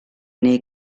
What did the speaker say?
nei